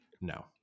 No